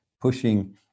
pushing